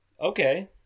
Okay